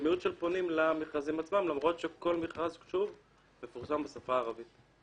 במיעוט של פונים למכרזים עצמם למרות שכל מכרז מפורסם בשפה הערבית.